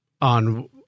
on